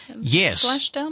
Yes